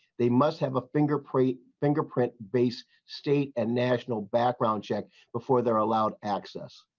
they must have a finger pre fingerprint base state and national background check before they're allowed access.